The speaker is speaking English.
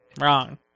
Wrong